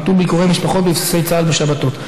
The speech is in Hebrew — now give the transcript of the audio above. ביטול ביקורי משפחות בבסיסי צה"ל בשבתות.